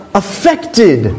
affected